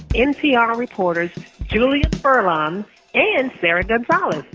npr reporters julia furlan um and sarah gonzalez.